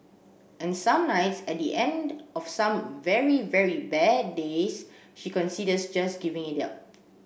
and some nights at the end of some very very bad days she considers just giving it up